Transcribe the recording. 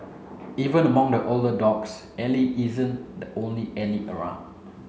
even among the older dogs Ally isn't the only Ally around